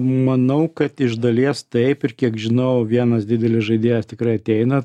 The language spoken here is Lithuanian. manau kad iš dalies taip ir kiek žinau vienas didelis žaidėjas tikrai ateina